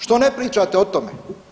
Što ne pričate o tome?